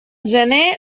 gener